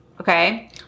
Okay